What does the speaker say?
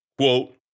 Quote